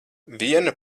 viena